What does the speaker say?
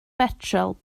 betrol